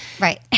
right